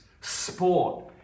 sport